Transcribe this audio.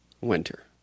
winter